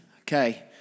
Okay